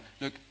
look